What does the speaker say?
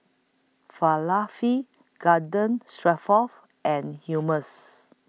Falafel Garden Stroganoff and Hummus